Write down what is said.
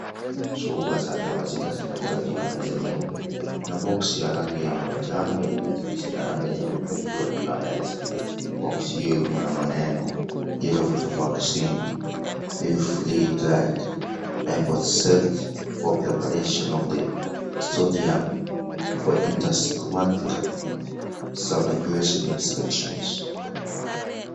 Chupa za dawa zile zinakaajuu ya meza nyeupe na bokisi ya rangi ya manjano yenye michirizi ya rangi nyeupe ikiwa juu ya meza. Boksi hio iko na maneno, (cs)yellow fever vaccine pain free diat, rembospelt for preparation of the sodium for interscomaclar supplication inspections(cs)